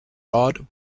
rod